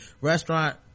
restaurant